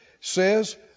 says